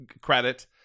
credit